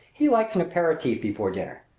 he likes an aperitif before dinner.